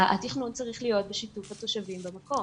התכנון צריך להיות בשיתוף התושבים במקום.